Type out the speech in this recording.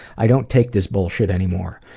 i don't take this bullshit anymore.